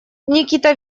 никита